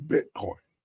Bitcoin